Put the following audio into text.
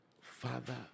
Father